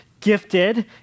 gifted